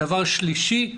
דבר שלישי,